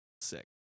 Six